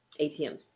ATMs